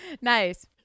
Nice